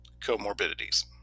comorbidities